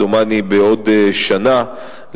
דומני בעוד שנה,